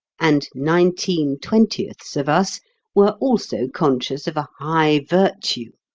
and nineteen-twentieths of us were also conscious of a high virtue,